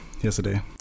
yesterday